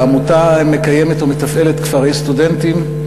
העמותה מקיימת ומתפעלת כפרי סטודנטים.